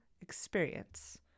experience